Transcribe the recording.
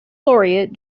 laureate